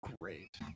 great